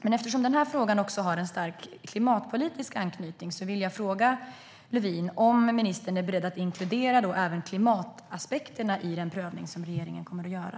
Men eftersom den här frågan också har en stark klimatpolitisk anknytning vill jag fråga minister Lövin om hon är beredd att inkludera även klimataspekterna i den prövning som regeringen kommer att göra.